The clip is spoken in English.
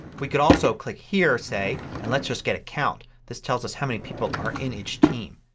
we can also click here, say, and let's just get a count. this tells us how many people are in each team.